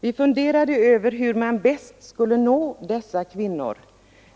Vi funderade över hur man bäst skulle nå dessa kvinnor.